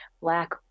black